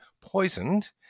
poisoned